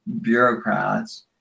bureaucrats